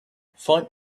find